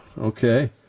okay